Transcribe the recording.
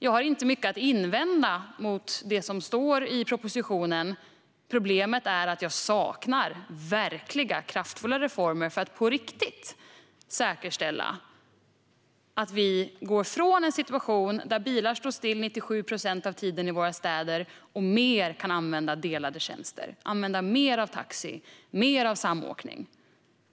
Jag har inte mycket att invända mot det som står i propositionen - problemet är att jag saknar verkligt kraftfulla reformer för att på riktigt säkerställa att vi går från en situation där bilar står stilla under 97 procent av tiden i våra städer till att fler kan använda delade tjänster och använda mer av taxi och mer av samåkning.